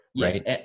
right